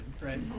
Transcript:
right